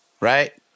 right